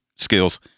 skills